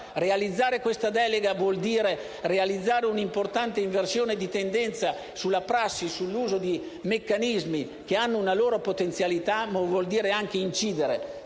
Attuare questa delega vuol dire realizzare un'importante inversione di tendenza sulla prassi e sull'uso di meccanismi che hanno una loro potenzialità, ma vuol dire anche incidere